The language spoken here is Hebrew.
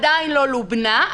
עדיין לא לובנה,